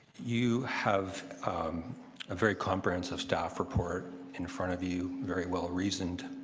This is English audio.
you have a very comprehensive staff report in front of you. very well reasoned.